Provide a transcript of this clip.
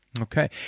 Okay